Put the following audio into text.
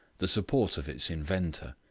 the support of its inventor.